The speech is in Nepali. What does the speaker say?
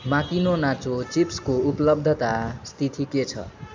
माकिनो नाचो चिप्सको उपलब्धता स्थिति के छ